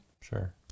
sure